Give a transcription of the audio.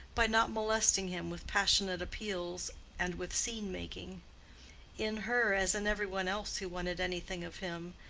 by not molesting him with passionate appeals and with scene-making in her, as in every one else who wanted anything of him,